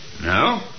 No